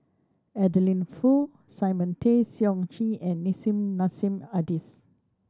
Adeline Foo Simon Tay Seong Chee and Nissim Nassim Adis